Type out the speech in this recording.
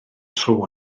tro